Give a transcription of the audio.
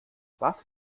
was